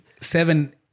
seven